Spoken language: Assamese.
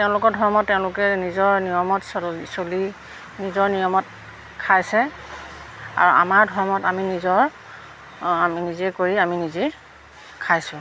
তেওঁলোকৰ ধৰ্মত তেওঁলোকে নিজৰ নিয়মত চলি চলি নিজৰ নিয়মত খাইছে আৰু আমাৰ ধৰ্মত আমি নিজৰ নিজে কৰি আমি নিজে খাইছোঁ